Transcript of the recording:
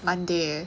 monday